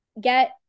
get